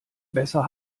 besser